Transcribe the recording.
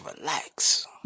relax